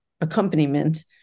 accompaniment